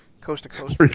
coast-to-coast